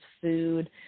food